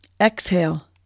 Exhale